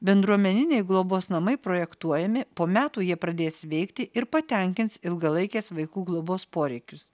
bendruomeniniai globos namai projektuojami po metų jie pradės veikti ir patenkins ilgalaikės vaikų globos poreikius